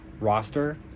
roster